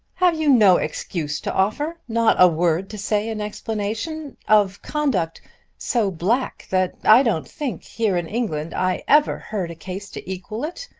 have you no excuse to offer, not a word to say in explanation of conduct so black that i don't think here in england i ever heard a case to equal it?